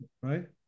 right